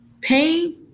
pain